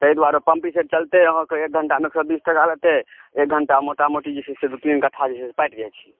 ताहि दुआरे पम्पीसेट चलतै अहाँकेँ एक घण्टामे एक सए बीस टका लेतै एक घण्टा मोटा मोटी जे छै से दू तीन कठ्ठा जे छै से पाटि जाइत छै